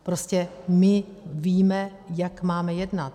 Prostě my víme, jak máme jednat.